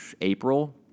April